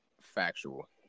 Factual